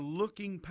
looking